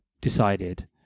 decided